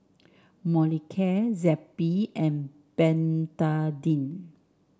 Molicare Zappy and Betadine